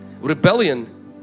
rebellion